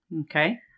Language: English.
Okay